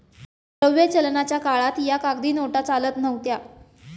द्रव्य चलनाच्या काळात या कागदी नोटा चालत नव्हत्या